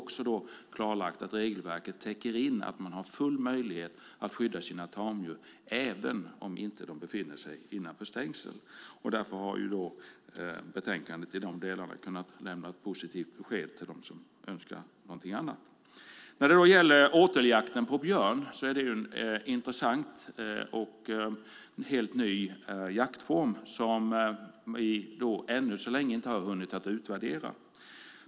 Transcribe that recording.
Men det är klarlagt att regelverket täcker in full möjlighet att skydda sina tamdjur även om de inte befinner sig innanför stängsel. Därför har det i de delarna i betänkandet gått att ge ett positivt besked till dem som önskar någonting annat. Åteljakten på björn är en intressant och helt ny jaktform som vi än så länge inte hunnit utvärdera.